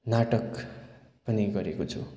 नाटक पनि गरेको छु